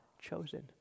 chosen